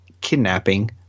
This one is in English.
kidnapping